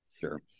sure